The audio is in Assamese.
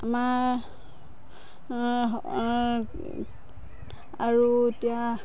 আমাৰ আৰু এতিয়া